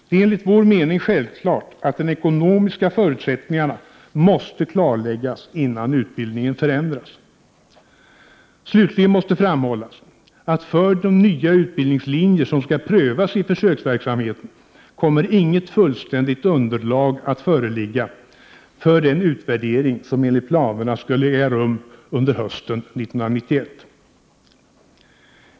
Det är enligt vår mening självklart att de ekonomiska förutsättningarna måste klarläggas innan utbildningen förändras. Slutligen måste framhållas att för de nya utbildningslinjer som nu skall prövas i försöksverksamheten kommer inget fullständigt underlag att föreligga för den utvärdering som enligt planerna skall äga rum under hösten 1991.